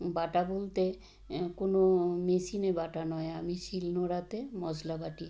বাটা বলতে কোনো মেশিনে বাটা নয় আমি শিলনোড়াতে মশলা বাটি